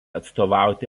atstovauti